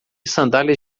sandálias